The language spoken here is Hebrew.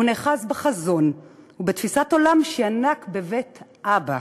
והוא נאחז בחזון ובתפיסת עולם שינק בבית אבא,